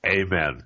Amen